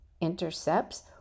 intercepts